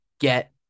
get